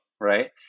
right